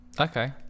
Okay